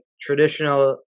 traditional